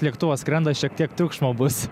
lėktuvas skrenda šiek tiek triukšmo bus